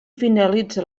finalitza